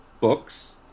books